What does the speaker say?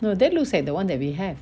no that looks at the one that we have